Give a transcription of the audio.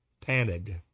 panted